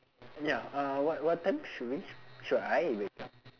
ya uh what what time should we should I wake up